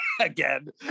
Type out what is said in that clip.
again